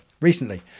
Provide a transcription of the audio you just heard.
recently